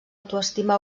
autoestima